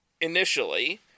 initially